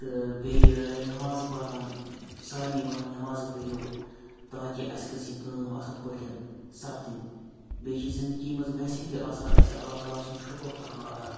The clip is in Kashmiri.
تہٕ بیٚیہِ نٮ۪مازٕ پَران سارنٕے وَنان نٮ۪مازٕ پٔرِو تاکہِ اَسہِ گٔژھ یہِ کٲم اَصٕل پٲٹھۍ سَپدٕنۍ بیٚیہِ چھِ زِندَگی منٛز ویسے تہِ آسان اَسہِ اللہ تعالیٰ سُنٛد شُکُر کَرُن ادا